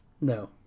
no